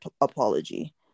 apology